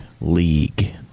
league